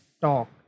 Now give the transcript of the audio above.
talk